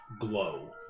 glow